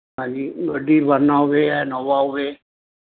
ਹਾਂਜੀ ਗੱਡੀ ਵਰਨਾ ਹੋਵੇ ਜਾਂ ਇਨੋਵਾ ਹੋਵੇ